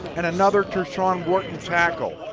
and another tershawn wharton tackle.